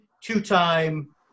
two-time